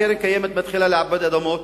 הקרן הקיימת מתחילה לעבד אדמות.